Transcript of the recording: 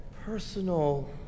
personal